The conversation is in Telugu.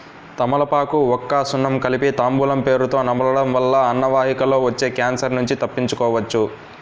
తమలపాకు, వక్క, సున్నం కలిపి తాంబూలం పేరుతొ నమలడం వల్ల అన్నవాహికలో వచ్చే క్యాన్సర్ నుంచి తప్పించుకోవచ్చు